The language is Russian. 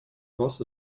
вас